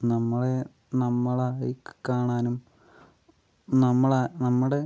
നമ്മളെ നമ്മളായി കാണാനും നമ്മളെ നമ്മുടെ